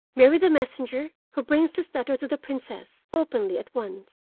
marry the messenger who brings this letter to the princess openly at once.